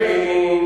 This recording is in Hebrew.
חבר הכנסת בן-ארי,